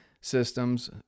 Systems